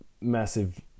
massive